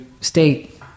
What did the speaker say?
state